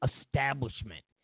establishment